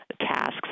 tasks